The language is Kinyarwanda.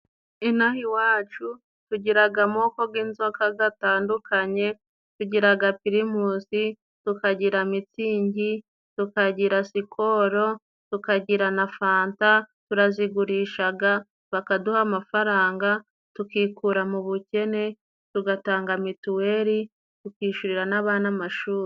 Ino aha iwacu tugiraga amoko g'inzoka gandukanye, tugiraga pirimusi, tukagira mitsingi, tukagira sikoro, tukagira na fanta, turazigurishaga bakaduha amafaranga tukikura mu bukene, tugatanga mituweli, tukishurira n'abana amashuri.